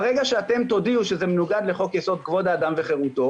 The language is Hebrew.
ברגע שתודיעו שזה מנוגד לחוק יסוד כבוד האדם וחירותו